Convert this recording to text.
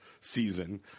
season